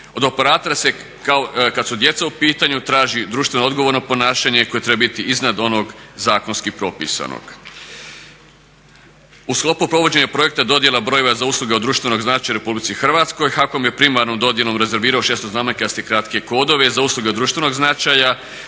Od operatora se kada su djeca u pitanju traži društveno odgovorno ponašanje koje treba biti iznad onog zakonski propisanog. U sklopu provođenja projekta dodjela brojeva za usluge od društvenog značaja u Republici Hrvatskoj HAKOM je primarnom dodjelom rezervirao 6.-to znamenkaste kratke kodove za usluge od društvenog značaja,